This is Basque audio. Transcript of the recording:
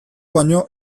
baino